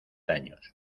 años